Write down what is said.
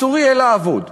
אסור יהיה לעבוד.